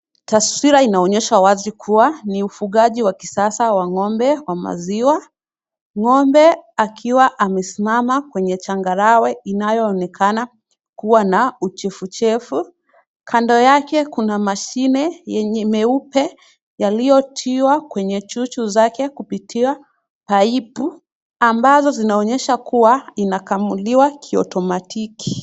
Taswira inaonyesha wazi kuwa ni ufugaji wa kisasa wa ng'ombe wa maziwa. Ng'ombe akiwa amesimama kwenye changarawe inayoonekana kuwa na uchefuchefu. Kando yake kuna mashine nyeupe yaliyotiwa kwenye chuchu zake kupitia paipu, ambazo zinaonyesha kuwa inakamuliwa ki automatiki.